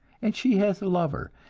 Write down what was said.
and she has a lover,